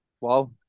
Wow